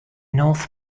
north